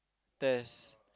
test